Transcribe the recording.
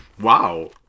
Wow